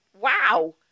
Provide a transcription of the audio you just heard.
Wow